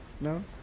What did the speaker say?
No